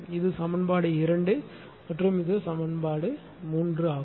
இது சமன்பாடு 2 மற்றும் இது சமன்பாடு 3 ஆகும்